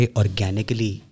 organically